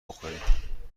بخوریم